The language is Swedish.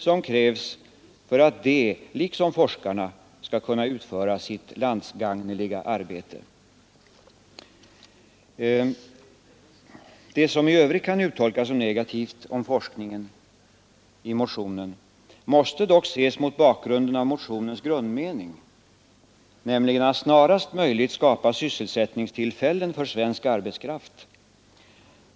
som krävs för att de liksom forskarna skall kunna utföra sitt landsgagneliga arbete.” Det som i övrigt kan uttolkas som negativt om forskning i motionen måste dock ses mot bakgrunden av motionens grundmening, nämligen att snarast möjligt skapa sysselsättningstillfällen för svensk arbetskraft.